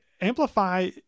Amplify